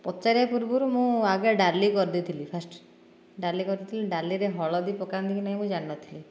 ପଚାରିବା ପୂର୍ବରୁ ମୁଁ ଆଗେ ଡାଲି କରିଦେଇଥିଲି ଫାଷ୍ଟ ଡାଲି କରିଥିଲି ଡାଲିରେ ହଳଦୀ ପକାନ୍ତି କି ନାହିଁ ମୁଁ ଜାଣିନଥିଲି